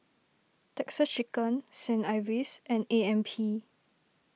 Texas Chicken Saint Ives and A M P